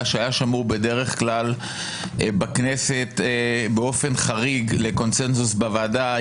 שהיה שמור בדרך כלל בכנסת באופן חריג לקונצנזוס בוועדה,